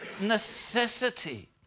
necessity